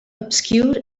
obscured